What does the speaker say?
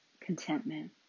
contentment